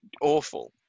awful